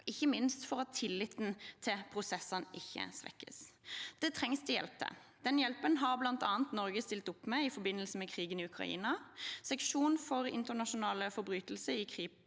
ikke minst for at tilliten til prosessene ikke svekkes. Det trengs det hjelp til. Den hjelpen har bl.a. Norge stilt opp med i forbindelse med krigen i Ukraina. Seksjon for internasjonale forbrytelser i Kripos